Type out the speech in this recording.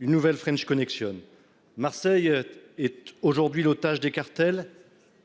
Une nouvelle French Connection, Marseille est aujourd'hui l'otage des cartels